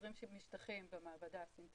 מייצרים במעבדה משטחים סינטטיים,